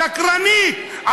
שקרנית.